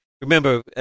Remember